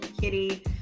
kitty